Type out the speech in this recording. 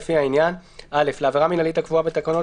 לפי העניין: (א)לעבירה מינהלית הקבועה בתקנות